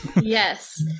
Yes